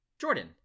Jordan